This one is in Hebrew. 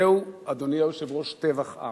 זהו, אדוני היושב-ראש, טבח עם.